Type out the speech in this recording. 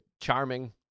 charming